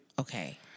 Okay